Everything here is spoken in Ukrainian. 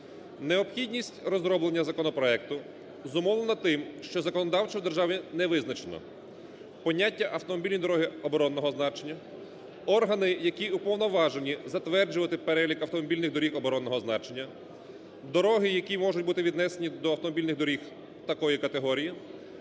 Необхідність розроблення законопроекту зумовлено тим, що законодавчо в державі не визначено поняття "автомобільні дороги оборонного значення", органи, які уповноважені затверджувати перелік автомобільних доріг оборонного значення, дороги, які можуть бути віднесені до автомобільних доріг такої категорії,